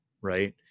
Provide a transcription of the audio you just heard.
Right